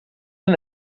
een